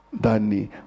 Dani